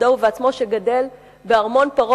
שגדל בארמון פרעה במצרים,